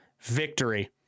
victory